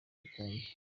rukumbi